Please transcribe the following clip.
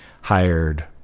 hired